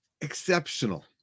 Exceptional